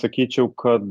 sakyčiau kad